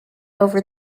over